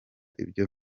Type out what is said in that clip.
ibyo